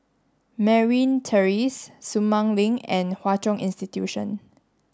Merryn Terrace Sumang Link and Hwa Chong Institution